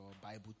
Bible